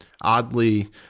oddly